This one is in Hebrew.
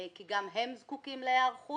כי גם הם זקוקים להיערכות